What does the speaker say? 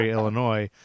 Illinois